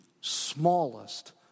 smallest